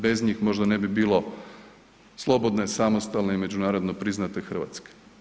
Bez njih možda ne bi bilo slobodne, samostalne i međunarodno priznate Hrvatske.